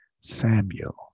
Samuel